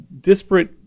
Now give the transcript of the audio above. disparate